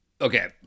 Okay